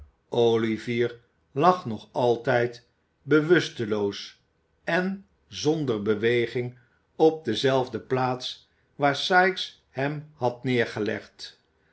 olivier lag nog altijd bewusteloos en zonder beweging op dezelfde plaats waar sikes hem had neergelegd